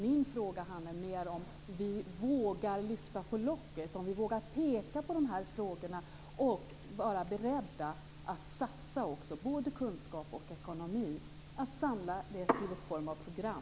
Min fråga handlar mer om huruvida vi vågar lyfta på locket, om vi vågar peka på de här frågorna och vara beredda att satsa både kunskap och ekonomi och att samla ihop detta till en form av program.